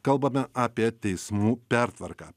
kalbame apie teismų pertvarką